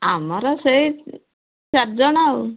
ଆମର ସେଇ ଚାରି ଜଣ ଆଉ